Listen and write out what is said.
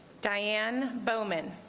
diane bowman